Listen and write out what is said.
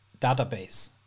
database